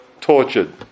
tortured